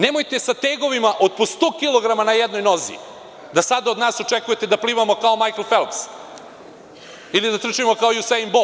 Nemojte sa tegovima od po 100 kilograma na jednoj nozi da sada od nas očekujete da plivamo kao Majkl Felps ili da trčimo kao Jusejn Bolt.